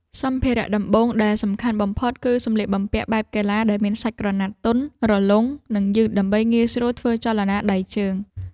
សម្ភារៈដំបូងដែលសំខាន់បំផុតគឺសម្លៀកបំពាក់បែបកីឡាដែលមានសាច់ក្រណាត់ទន់ រលុង និងយឺត ដើម្បីងាយស្រួលធ្វើចលនាដៃជើង។